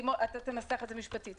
אתה תנסח את זה משפטית,